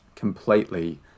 Completely